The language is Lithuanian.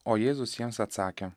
o jėzus jiems atsakė